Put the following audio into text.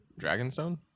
Dragonstone